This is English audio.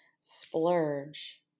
splurge